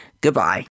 Goodbye